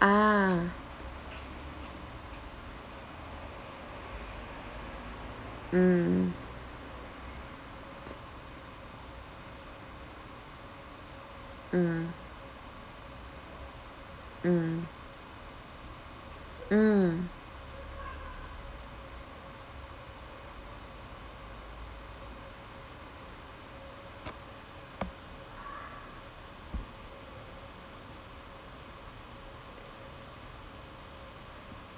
ah mm mm mm mm